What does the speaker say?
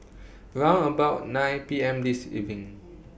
round about nine P M This evening